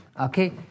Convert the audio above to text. okay